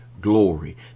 glory